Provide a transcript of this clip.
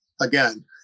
again